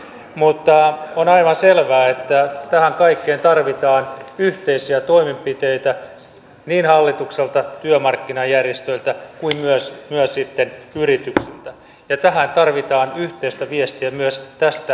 mutta on aivan selvää että tähän kaikkeen tarvitaan yhteisiä toimenpiteitä niin hallitukselta työmarkkinajärjestöiltä kuin myös sitten yrityksiltä ja tähän tarvitaan yhteistä viestiä myös tästä salista